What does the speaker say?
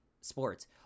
sports